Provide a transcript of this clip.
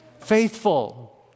faithful